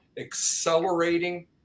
accelerating